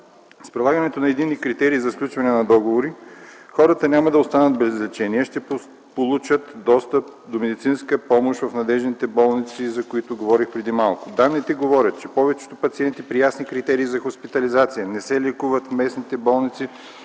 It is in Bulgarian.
С прилагането на единни критерии за сключване на договори хората няма да останат без лечение, ще получат достъп до медицинска помощ в надеждни болници, за които говорих преди малко. Данните говорят, че повечето пациенти при ясни критерии за хоспитализация не се лекуват в местните болници,